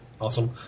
awesome